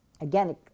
Again